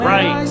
Right